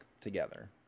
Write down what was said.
together